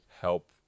help